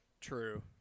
True